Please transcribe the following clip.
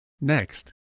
Next